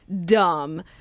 Dumb